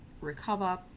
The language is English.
recover